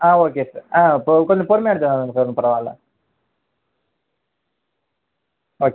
ஆ okay sir ஆ கொஞ்சம் பொறுமையாக எடுத்துகிட்டு வாங்க எனக்கு ஒன்றும் பரவாயில்ல ஓகே